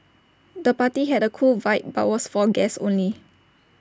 the party had A cool vibe but was for guests only